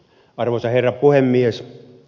arvoisa herra puhemies